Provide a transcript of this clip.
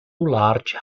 large